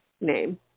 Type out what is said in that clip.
name